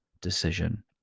decision